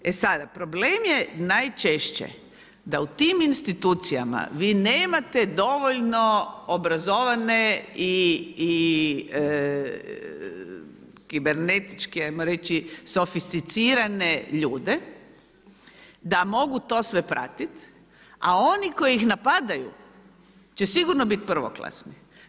E sada problem je najčešće da u tim institucijama vi nemate dovoljno obrazovane i kibernetičke ajmo reći sofisticirane ljude da mogu sve to pratiti, a oni koji ih napadaju će sigurno biti prvoklasni.